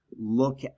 Look